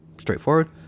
straightforward